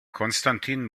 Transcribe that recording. constantin